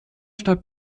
stadt